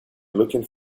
looking